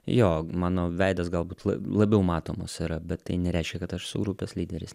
jo mano veidas galbūt labiau matomas yra bet tai nereiškia kad aš esu grupės lyderis